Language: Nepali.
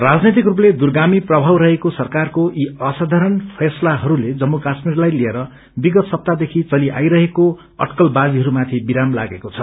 राजनैतिक रूपते दूरगामी प्रमाव रहेको सरकारको यी असाधारण फैसलाइस्ले जम्मू क्वाश्मीरलाई लिएर विगत सप्ताहदेखि चलिआईरहेको अटकल बाजीहरूमाथि विराम लागेको छ